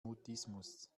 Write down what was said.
mutismus